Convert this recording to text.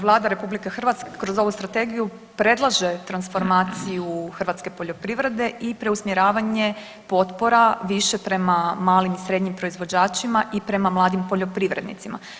Vlada RH kroz ovu strategiju predlaže transformaciju hrvatske poljoprivrede i preusmjeravanje potpora više prema malim i srednjim proizvođačima i prema mladim poljoprivrednicima.